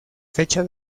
fecha